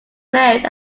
married